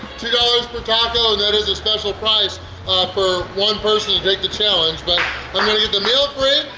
two dollars per taco, and that is a special price ah for one person to take the challenge. but i'm gonna get the meal free,